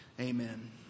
Amen